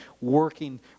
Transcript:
working